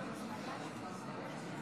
חירום